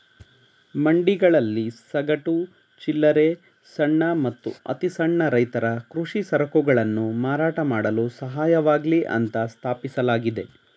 ಮಂಡಿಗಳಲ್ಲಿ ಸಗಟು, ಚಿಲ್ಲರೆ ಸಣ್ಣ ಮತ್ತು ಅತಿಸಣ್ಣ ರೈತರ ಕೃಷಿ ಸರಕುಗಳನ್ನು ಮಾರಾಟ ಮಾಡಲು ಸಹಾಯವಾಗ್ಲಿ ಅಂತ ಸ್ಥಾಪಿಸಲಾಗಿದೆ